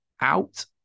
out